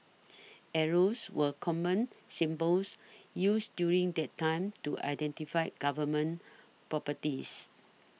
arrows were common symbols used during that time to identify Government properties